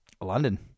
London